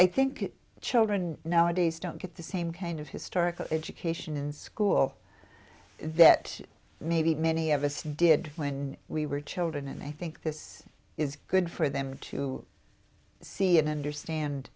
i think children nowadays don't get the same kind of historical education in school that maybe many of us did when we were children and i think this is good for them to see and understand